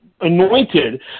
anointed